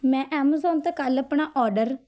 ਮੈਂ ਐਮਜ਼ੋਨ ਤੋਂ ਕੱਲ੍ਹ ਆਪਣਾ ਔਡਰ